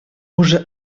уже